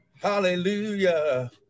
Hallelujah